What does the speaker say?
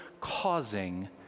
causing